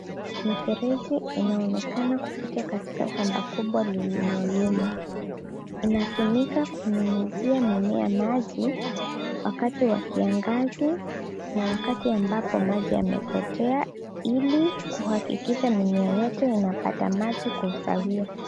Mifereji inaonekana kupita katika shamba kubwa lililo limwa, inatumika kunyunyizia mimea maji wakati wa kiangazi na wakati ambapo maji yamepotea ili kuhakikisha mimea yote inapata maji kwa usawia.